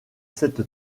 cette